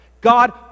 God